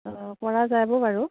অঁ পৰা যাব বাৰু